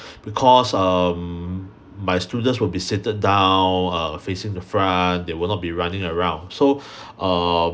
because um my students will be seated down uh facing the front they will not be running around so uh